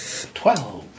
Twelve